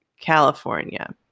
California